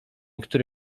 który